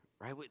right